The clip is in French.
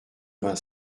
vingt